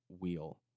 wheel